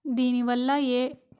దీనివల్ల ఏ